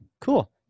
cool